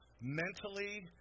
Mentally